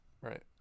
Right